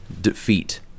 defeat